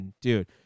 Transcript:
dude